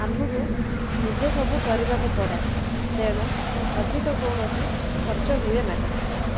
ଆମକୁ ନିଜେ ସବୁ କରିବାକୁ ପଡ଼େ ତେଣୁ ଅଧିକ କୌଣସି ଖର୍ଚ୍ଚ ହୁଏ ନାହିଁ